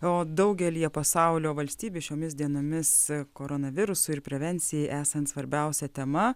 o daugelyje pasaulio valstybių šiomis dienomis koronavirusui ir prevencijai esant svarbiausia tema